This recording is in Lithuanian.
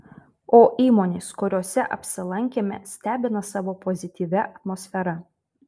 o įmonės kuriose apsilankėme stebina savo pozityvia atmosfera